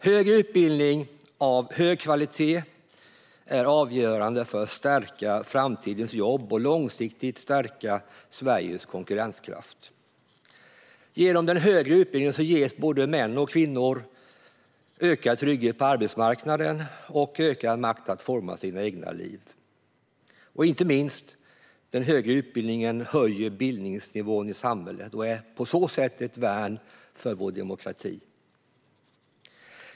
Högre utbildning av hög kvalitet är avgörande för att säkra framtidens jobb och långsiktigt stärka Sveriges konkurrenskraft. Genom den högre utbildningen ges både män och kvinnor ökad trygghet på arbetsmarknaden och ökad makt att forma sina egna liv. Inte minst höjer den högre utbildningen bildningsnivån i vårt samhälle och är på så sätt ett värn för vår demokrati.